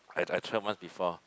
I I tried once before